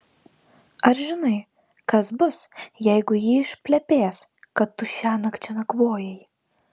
ar žinai kas bus jeigu ji išplepės kad tu šiąnakt čia nakvojai